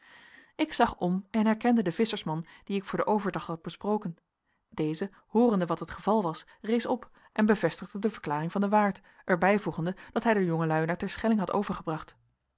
ik zag om en herkende den visschersman dien ik voor den overtocht had besproken deze hoorende wat het geval was rees op en bevestigde de verklaring van den waard er bijvoegende dat hij de jongelui naar terschelling had overgebracht